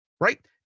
right